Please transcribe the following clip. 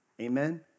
Amen